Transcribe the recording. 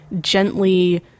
gently